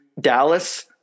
Dallas